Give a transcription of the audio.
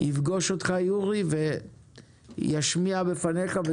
הוא יפגוש אותך יורי וישמיע בפניך את ההצעות